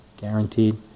Guaranteed